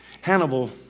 Hannibal